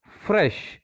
fresh